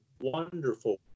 wonderful